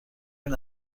بین